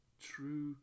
true